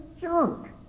junk